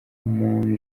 moon